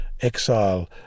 exile